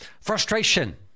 Frustration